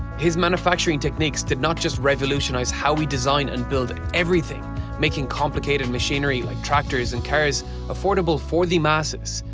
his manufacturing techniques did not just revolutionise how we design and build everything. making complicated machinery like tractors and cars affordable for the masses.